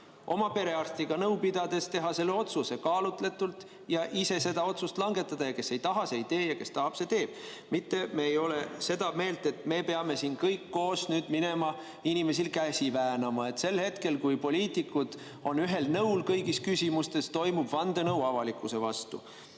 oma perearstiga nõu pidades teha selle otsuse kaalutletult ja ise seda otsust langetada. Kes ei taha, see ei tee, ja kes tahab, see teeb. Me ei ole seda meelt, et me peame siin kõik koos minema inimesel käsi väänama. Sel hetkel, kui poliitikud on ühel nõul kõigis küsimustes, toimub vandenõu avalikkuse vastu. Aga